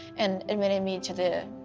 and admitted me to the